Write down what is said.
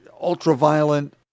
ultra-violent